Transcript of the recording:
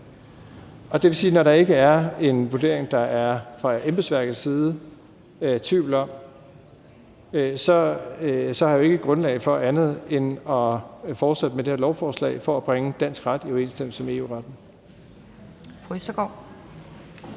Det vil sige, at når der ikke er en vurdering, som der fra embedsværkets side er tvivl om, så er der ikke grundlag for andet end at fortsætte med det her lovforslag for at bringe dansk ret i overensstemmelse med EU-retten.